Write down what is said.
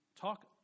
talk